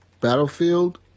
battlefield